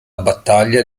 battaglia